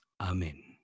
Amen